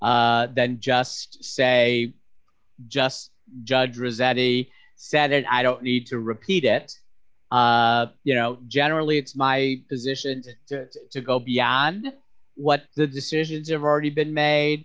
more than just say just judge or is that he said and i don't need to repeat it you know generally it's my position to go beyond what the decisions of already been made